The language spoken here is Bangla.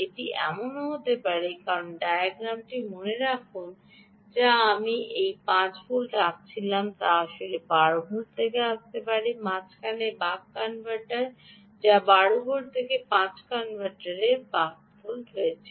এটি এমনও হতে পারে কারণ একটি ডায়াগ্রামটি মনে রাখুন যা আমি এই 5 ভোল্ট আঁকেছিলাম তা আসলে 12 ভোল্ট থেকে আসতে পারে এবং মাঝখানে বাক কনভার্টার যা 12 ভোল্ট থেকে 5 ভোল্টে বক করছে